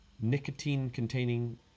nicotine-containing